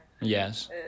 Yes